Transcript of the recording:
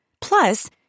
Plus